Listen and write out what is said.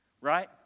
right